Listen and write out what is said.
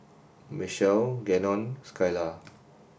Mechelle Gannon Skylar